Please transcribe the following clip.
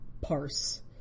parse